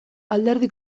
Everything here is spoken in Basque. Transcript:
alderdi